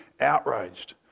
outraged